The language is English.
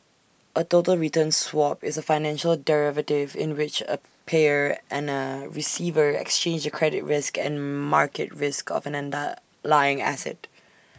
A total return swap is A financial derivative in which A payer and receiver exchange the credit risk and market risk of an underlying asset